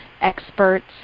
experts